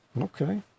Okay